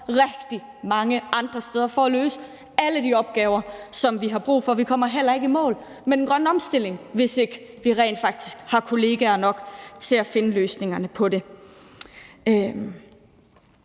rigtig mange andre steder for at løse alle de opgaver, som vi har brug for. Vi kommer heller ikke i mål med den grønne omstilling, hvis ikke vi rent faktisk har kollegaer nok til at finde løsningerne på det.